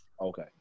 okay